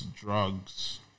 drugs